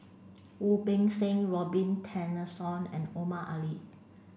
Wu Peng Seng Robin Tessensohn and Omar Ali